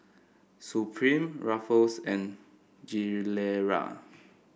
Supreme Ruffles and Gilera